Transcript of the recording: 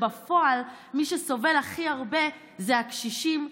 בפועל מי שסובל הכי הרבה זה הקשישים,